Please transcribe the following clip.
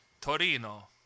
Torino